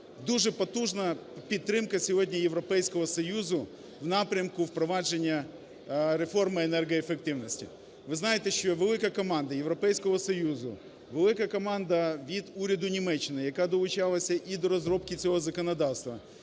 дуже потужна підтримка сьогодні Європейського Союзу в напрямку впровадження реформи енергоефективності. Ви знаєте, що велика команда Європейського Союзу, велика команда від уряду Німеччини, яка долучалася і до розробки цього законодавства,